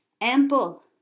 ample